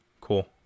Cool